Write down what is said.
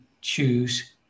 choose